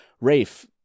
Rafe